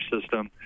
system